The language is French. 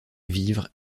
vivre